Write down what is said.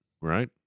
right